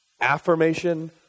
Affirmation